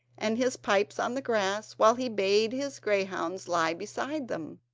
and his pipes on the grass, while he bade his greyhounds lie beside them.